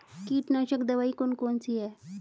कीटनाशक दवाई कौन कौन सी हैं?